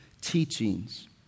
teachings